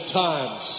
times